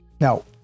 now